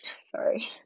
sorry